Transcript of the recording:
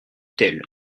tel